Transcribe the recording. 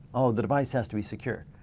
oh the device has to be secure.